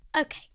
Okay